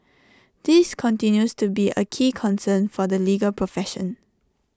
this continues to be A key concern for the legal profession